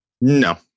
No